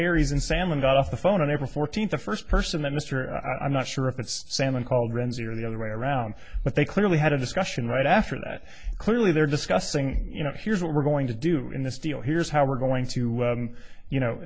aires and salman got off the phone on april fourteenth the first person that mr i'm not sure if it's salman cauldrons or the other way around but they clearly had a discussion right after that clearly they're discussing you know here's what we're going to do in this deal here's how we're going to you know